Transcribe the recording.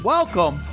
Welcome